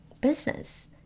business